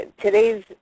today's